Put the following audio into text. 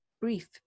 brief